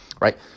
right